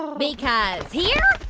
and because here